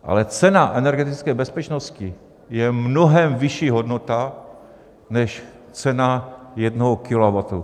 Ale cena energetické bezpečnosti je mnohem vyšší hodnota než cena jednoho kilowattu.